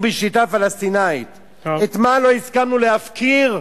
בשליטה פלסטינית." את מה לא הסכמנו להפקיר,